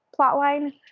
plotline